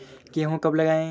गेहूँ कब लगाएँ?